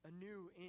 anew